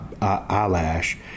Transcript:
eyelash